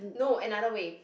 no another way